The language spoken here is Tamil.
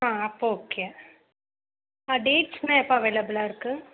ஆ அப்போது ஓகே ஆ டேட்ஸுலாம் எப்போ அவைலபிளா இருக்குது